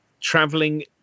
traveling